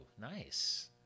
Nice